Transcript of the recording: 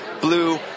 blue